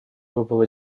выпала